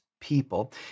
people